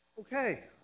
Okay